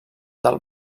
del